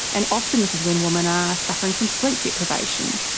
and often this is when women are suffering from sleep deprivation.